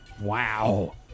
wow